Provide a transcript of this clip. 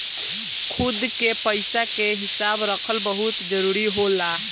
खुद के पइसा के हिसाब रखल बहुते जरूरी होला